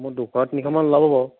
মোৰ দুশ তিনিশমান ওলাব বাৰু